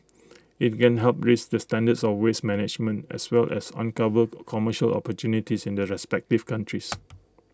IT can help raise the standards of waste management as well as uncover commercial opportunities in the respective countries